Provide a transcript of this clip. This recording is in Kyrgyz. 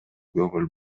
көңүл